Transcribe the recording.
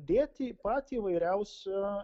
dėti patį įvairiausią